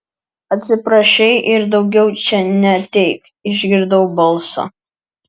atsiprašei ir daugiau čia neateik išgirdau balsą